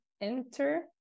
enter